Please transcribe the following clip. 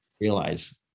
Realize